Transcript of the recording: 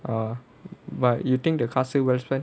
oh but you think the castle welfare